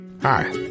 Hi